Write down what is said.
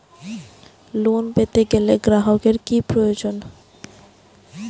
Loan পেতে গেলে গ্রাহকের কি প্রয়োজন?